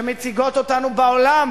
שמציגות אותנו בעולם